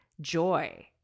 joy